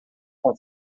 com